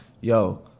yo